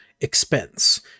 expense